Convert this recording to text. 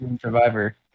Survivor